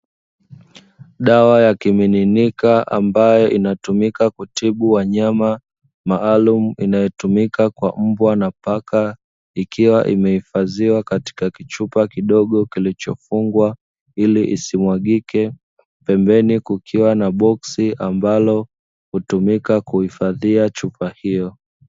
Dawa ya kuaminika ambayo inatumika kutibu wanyama maalum inayotumika kwa mbwa na paka ikiwa imehifadhiwa katika kichupa kidogo kilichofungwa iliisimwagike, pembeni kukiwa na boksi ambalo hutumika kuhifadhia chupa hiyo.